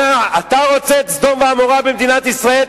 אתה רוצה את סדום ועמורה במדינת ישראל?